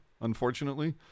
unfortunately